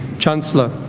chancellor,